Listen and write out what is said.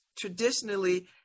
traditionally